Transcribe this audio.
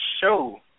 show